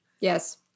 Yes